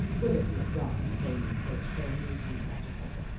whither he had gone in a vain search for amusement after supper.